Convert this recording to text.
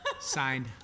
Signed